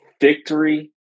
victory